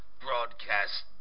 broadcast